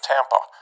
Tampa